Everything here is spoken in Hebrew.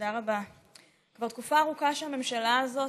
תקופה ארוכה שהממשלה הזאת